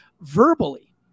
verbally